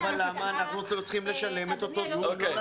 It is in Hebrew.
אבל למה אנחנו צריכים לשלם את אותו הסכום?